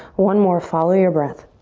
one more. follow your breath.